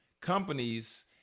companies